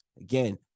Again